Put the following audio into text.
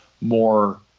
more